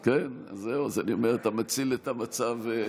כן, אני אומר, אתה מציל את המצב.